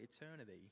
eternity